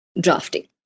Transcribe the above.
drafting